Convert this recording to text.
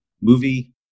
movie